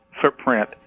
footprint